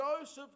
joseph